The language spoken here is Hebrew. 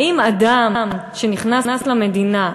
האם אדם שנכנס למדינה,